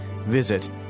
Visit